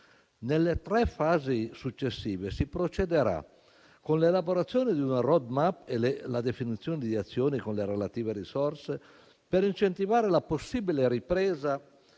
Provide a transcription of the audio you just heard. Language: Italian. Nelle tre fasi successive si procederà con l'elaborazione di una *road map* e la definizione di azioni con le relative risorse per incentivare la possibile ripresa